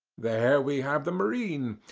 there we have the marine.